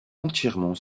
entièrement